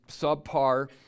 subpar